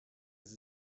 sie